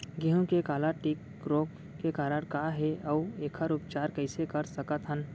गेहूँ के काला टिक रोग के कारण का हे अऊ एखर उपचार कइसे कर सकत हन?